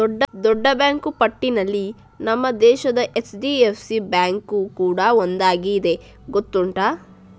ದೊಡ್ಡ ಬ್ಯಾಂಕು ಪಟ್ಟಿನಲ್ಲಿ ನಮ್ಮ ದೇಶದ ಎಚ್.ಡಿ.ಎಫ್.ಸಿ ಬ್ಯಾಂಕು ಕೂಡಾ ಒಂದಾಗಿದೆ ಗೊತ್ತುಂಟಾ